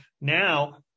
Now